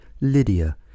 Lydia